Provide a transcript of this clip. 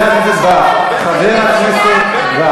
חבר הכנסת בר